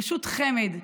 פשוט חמד,